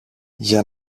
για